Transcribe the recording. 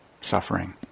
suffering